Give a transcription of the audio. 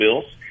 bills